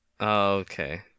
Okay